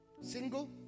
Single